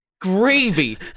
gravy